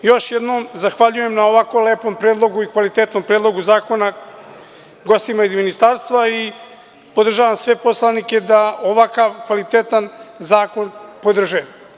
Još jednom zahvaljujem na ovako lepom predlogu i kvalitetnom predlogu zakona gostima iz Ministarstva i podržavam sve poslanike da ovakav kvalitetan zakon podrže.